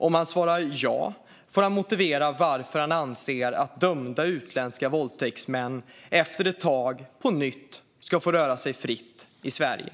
Om han svarar ja får han motivera varför han anser att dömda utländska våldtäktsmän efter ett tag på nytt ska få röra sig fritt i Sverige.